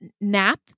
nap